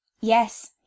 Yes